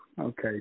okay